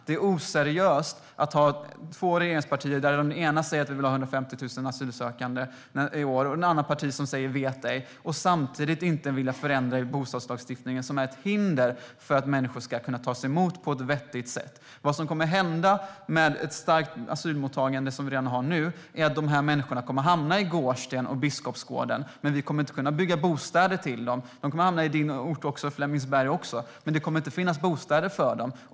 Det är oseriöst att ha två regeringspartier där det ena säger att det vill ha 150 000 asylsökande i år och det andra partiet säger "vet ej". Samtidigt vill man inte förändra i bostadslagstiftningen, som är ett hinder för att vi ska kunna ta emot människor på ett vettigt sätt. Vad som kommer att hända med ett starkt asylmottagande som vi har redan nu är att dessa människor kommer att hamna i Gårdsten och Biskopsgården. Men vi kommer inte att kunna bygga bostäder till dem. De kommer också att hamna i din ort Flemingsberg. Men det kommer inte att finnas bostäder för dem.